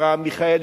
אברהם מיכאלי,